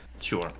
Sure